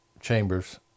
chambers